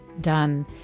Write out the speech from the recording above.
done